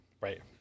Right